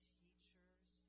teachers